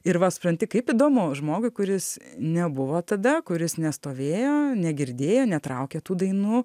ir va supranti kaip įdomu žmogui kuris nebuvo tada kuris nestovėjo negirdėjo netraukė tų dainų